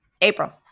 April